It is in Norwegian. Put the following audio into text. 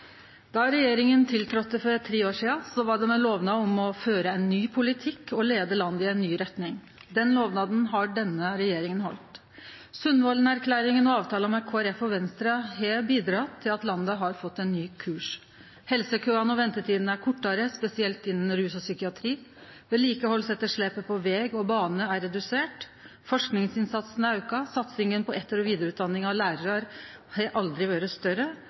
regjeringa tiltredde for tre år sidan, var det med lovnad om å føre ein ny politikk og leie landet i ei ny retning. Den lovnaden har denne regjeringa halde. Sundvolden-erklæringa og avtalen med Kristeleg Folkeparti og Venstre har bidrege til at landet har fått ein ny kurs. Helsekøane og ventetida er kortare, spesielt innan rus og psykiatri, vedlikehaldsetterslepet på veg og bane er redusert, forskingsinnsatsen er auka, satsinga på etter- og vidareutdanning av lærarar har aldri vore større,